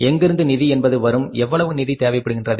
எங்கிருந்து நிதி என்பது வரும் எவ்வளவு நிதி தேவைப்படுகின்றது